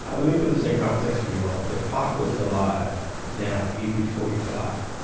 um let me put this in context for you all. if pac was alive now, he'd be forty five.